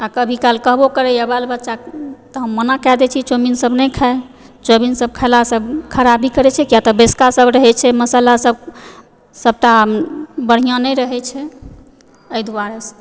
आ कभीकाल कहबौ करैया बाल बच्चा तऽ हम मना कऽ दै छियै चौमिन सब नहि खाए चौमिन सब खेला सऽ खराबी करै छै किया तऽ बैसका सब रहै छै मसाला सब सबटा बढ़िऑं नहि रहै छै एहि दुआरे सऽ